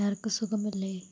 എല്ലാവർക്കും സുഖം അല്ലെ